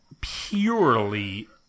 purely